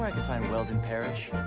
i can find weldon parish?